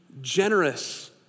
generous